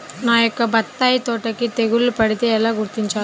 నా యొక్క బత్తాయి తోటకి తెగులు పడితే ఎలా గుర్తించాలి?